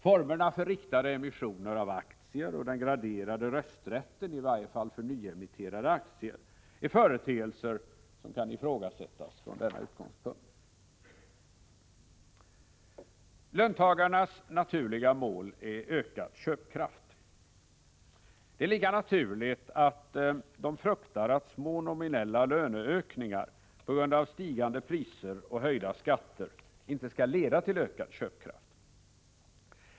Formerna för riktade emissioner av aktier och den graderade rösträtten, i varje fall för nyemitterade aktier, är företeelser som kan ifrågasättas från denna utgångspunkt. Löntagarnas naturliga mål är ökad köpkraft. Det är lika naturligt att de fruktar att små nominella löneökningar på grund av stigande priser och höjda skatter inte skall leda till ökad köpkraft.